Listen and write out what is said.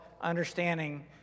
understanding